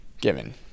given